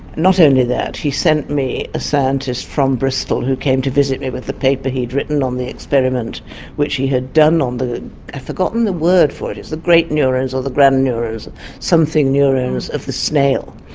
not only that, he sent me a scientist from bristol who came to visit me with the paper he'd written on the experiment which he had done on, i've forgotten the word for it, it's the great neurons or the grand neurons, the something neurons of the snail.